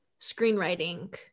screenwriting